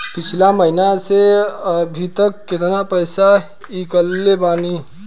पिछला महीना से अभीतक केतना पैसा ईकलले बानी?